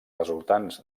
resultants